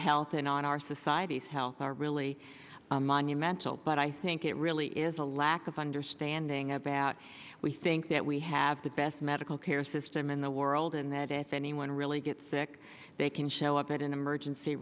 health and on our society's health are really monumental but i think it really is a lack of understanding about we think that we have the best medical care system in the world and that it anyone really gets sick they can show up at an emergency